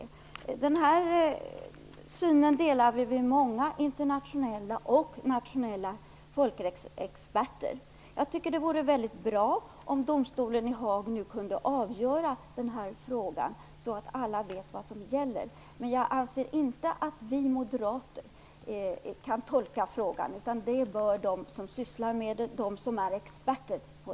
Vi delar denna syn med många internationella och nationella folkrättsexperter. Jag tycker att det vore mycket bra om Internationella domstolen i Haag nu kunde avgöra denna fråga, så att alla kan få veta vad som gäller, men jag anser inte att vi moderater kan tolka detta, utan det skall göras av de experter som sysslar med detta.